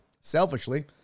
selfishly